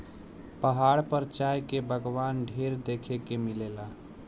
पहाड़ पर चाय के बगावान ढेर देखे के मिलेला